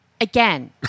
Again